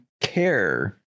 care